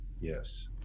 Yes